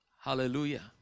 Hallelujah